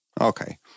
Okay